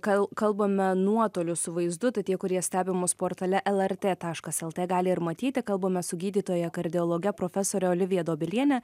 kal kalbame nuotoliu su vaizdu tai tie kurie stebi mus portale lrt taškas lt gali ir matyti kalbamės su gydytoja kardiologe profesore olivija dobiliene